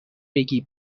بگی